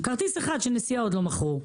כרטיס אחד של נסיעה עוד לא מכרו,